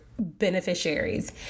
beneficiaries